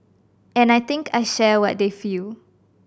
and I think I share what they feel